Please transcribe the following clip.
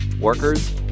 Workers